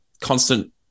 constant